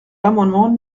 l’amendement